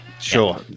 Sure